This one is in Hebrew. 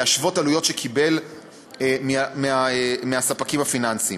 להשוות עלויות שקיבל מהספקים הפיננסיים